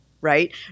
right